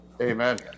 amen